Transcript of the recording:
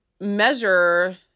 measure